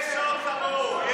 יש עוד כמוהו.